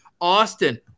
Austin